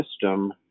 system